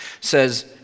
says